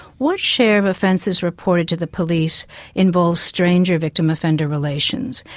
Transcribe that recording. what share of offences reported to the police involves stranger victim-offender relations?